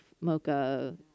mocha